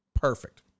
Perfect